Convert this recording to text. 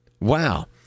Wow